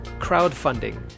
crowdfunding